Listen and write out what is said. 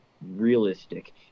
Realistic